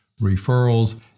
referrals